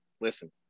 Listen